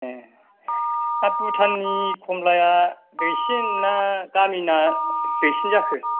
ए दा भुटान नि खमलाया दैसिन ना गामि ना दैसिन जाखो